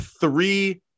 three